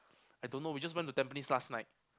I don't know we just went to Tampines last night